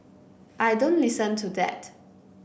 I don't listen to that